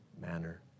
manner